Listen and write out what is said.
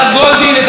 את אברה מנגיסטו,